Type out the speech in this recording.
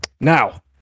Now